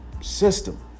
system